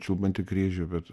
čiulbantį kryžių bet